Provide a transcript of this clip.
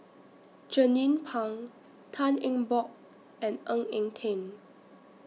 Jernnine Pang Tan Eng Bock and Ng Eng Teng